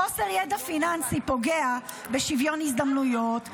חוסר ידע פיננסי פוגע בשוויון הזדמנויות -- נכון.